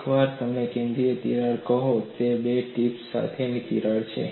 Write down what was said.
એકવાર તમે કેન્દ્રીય તિરાડ કહો તે બે ટીપ્સ સાથે તિરાડ છે